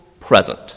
present